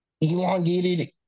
elongated